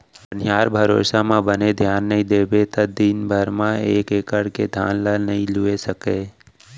बनिहार भरोसा म बने धियान नइ देबे त दिन भर म एक एकड़ के धान ल नइ लूए सकें